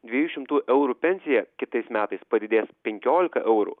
dviejų šimtų eurų pensija kitais metais padidės penkiolika eurų